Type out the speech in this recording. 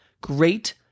Great